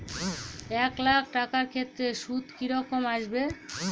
এক লাখ টাকার ক্ষেত্রে সুদ কি রকম আসবে?